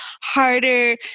harder